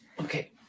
Okay